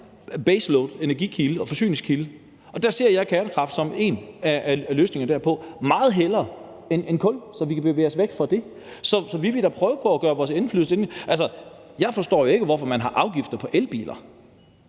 baseloadenergikilde og -forsyningskilde, og der ser jeg kernekraft som en af løsningerne derpå, meget hellere end kul, så vi kan bevæge os væk fra det. Så vi vil da prøve på at gøre vores indflydelse gældende. Jeg forstår jo ikke, hvorfor man har afgifter på elbiler.